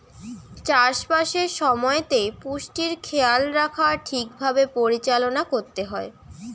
চাষ বাসের সময়তে পুষ্টির খেয়াল রাখা ঠিক ভাবে পরিচালনা করতে হয়